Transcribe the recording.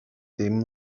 ddim